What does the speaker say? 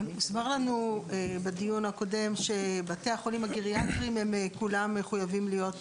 הוסבר לנו בדיון הקודם שבתי החולים הגריאטריים כולם מחויבים להיות,